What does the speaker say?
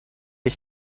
ich